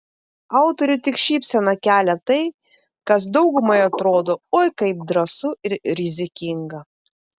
autoriui tik šypseną kelia tai kas daugumai atrodo oi kaip drąsu ir rizikinga